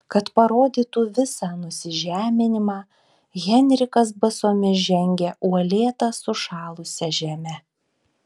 kad parodytų visą nusižeminimą henrikas basomis žengė uolėta sušalusia žeme